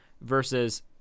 versus